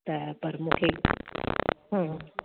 त पर मूंखे हम्म